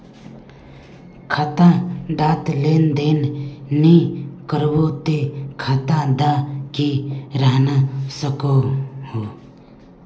खाता डात लेन देन नि करबो ते खाता दा की रहना सकोहो?